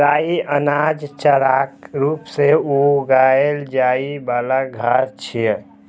राइ अनाज, चाराक रूप मे उगाएल जाइ बला घास छियै